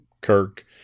Kirk